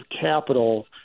capital